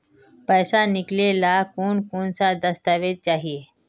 पैसा निकले ला कौन कौन दस्तावेज चाहिए?